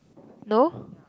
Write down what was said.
no